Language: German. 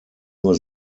nur